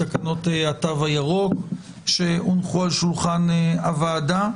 תקנות התו הירוק שהונחו על שולחן הוועדה,